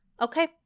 Okay